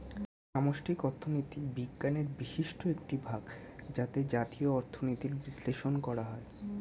সামষ্টিক অর্থনীতি বিজ্ঞানের বিশিষ্ট একটি ভাগ যাতে জাতীয় অর্থনীতির বিশ্লেষণ করা হয়